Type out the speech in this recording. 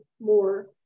more